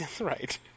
right